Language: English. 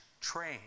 train